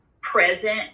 present